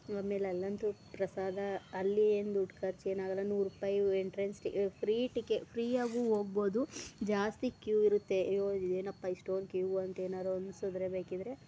ಆಮೇಲೆ ಅಲ್ಲಂತು ಪ್ರಸಾದ ಅಲ್ಲಿ ಏನು ದುಡ್ಡು ಖರ್ಚ್ ಏನಾಗೋಲ್ಲ ನೂರು ರೂಪಾಯಿ ಎಂಟ್ರೆನ್ಸ್ ಟಿ ಫ್ರೀ ಟಿಕೆ ಫ್ರೀ ಆಗೂ ಹೋಗ್ಬೋದು ಜಾಸ್ತಿ ಕ್ಯೂ ಇರುತ್ತೆ ಅಯ್ಯೋ ಇದು ಏನಪ್ಪ ಇಷ್ಟೊಂದು ಕ್ಯೂ ಅಂತೇನಾದ್ರು ಅನ್ಸಿದ್ರೆ ಬೇಕಿದ್ರೆ